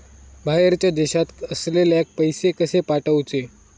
बाहेरच्या देशात असलेल्याक पैसे कसे पाठवचे?